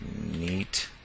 neat